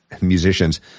musicians